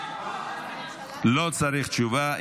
לא צריך תשובה.